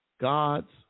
God's